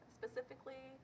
specifically